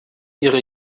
ihre